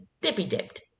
dippy-dipped